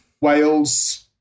Wales